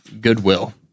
goodwill